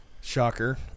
Shocker